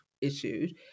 issues